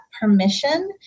permission